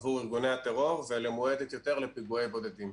עבור ארגוני הטרור ולמועדת יותר לפיגועי בודדים.